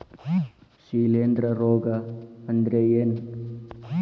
ಶಿಲೇಂಧ್ರ ರೋಗಾ ಅಂದ್ರ ಏನ್?